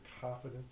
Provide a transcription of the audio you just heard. confidence